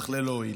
אך ללא הועיל.